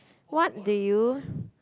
what do you